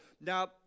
Now